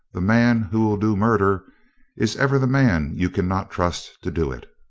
the man who will do murder is ever the man you can not trust to do it.